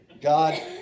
God